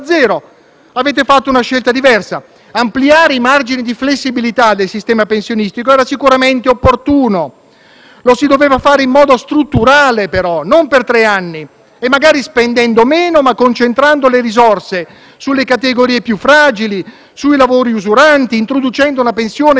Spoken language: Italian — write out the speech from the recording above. Lo si doveva fare in modo strutturale, però, non per tre anni, magari spendendo meno, ma concentrando le risorse sulle categorie più fragili e sui lavori usuranti, introducendo una pensione di garanzia per i giovani, andando avanti sulla strada avviata dal precedente Governo. Avete fatto le vostre scelte,